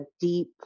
deep